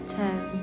ten